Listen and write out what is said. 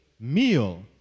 meal